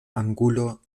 angulo